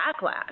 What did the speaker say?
backlash